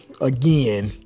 again